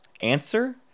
Answer